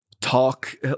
talk